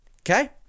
okay